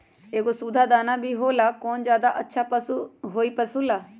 एगो सुधा दाना भी होला कौन ज्यादा अच्छा होई पशु ला?